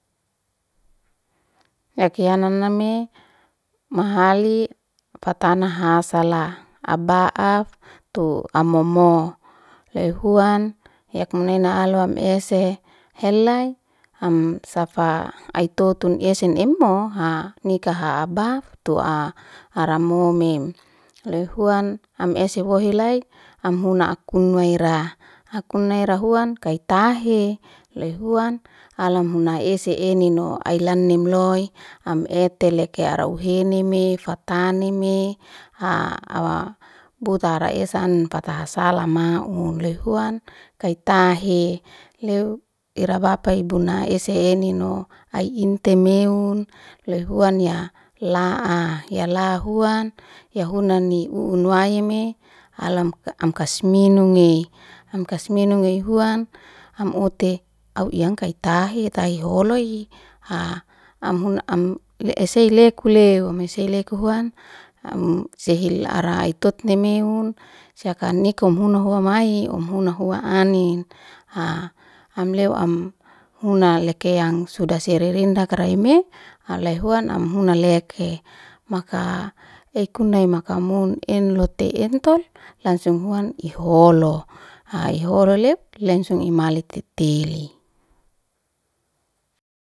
Yaki yana name mahali fatana hasala aba'af tu momo loy hun yak munaina alwam ese helay am safa ai totun esen emoha nikaha abaf tu'a ara momim loy huan am ese hua hilay am huna akun naira, akun naira haun ki tahe loy huan alam huna ese enino ai lan inloy am ete leke ara uheneme fatanim buta ara esa'an fasaha sala maun loy huan kaitahe leu ira bapa ibuna ese eninno ai inte meun. Loy huan ya la'a ya la huan ya huna ni u'un wayime alam am aks minung e, am kas minong loy huan, am hute au yang kaitahe the holohi am huna am le ese leku leu am ese leku huan m si hil ara i totni meun si haka nikum huna hoa mai'he um huna hua anin am leu am huna leke yang suda si reredak raime ai loy huan am huna leke, maka leku nai maka mun in lotu entol langsung huan i holo, ai hiholo leu lngsung i male titile.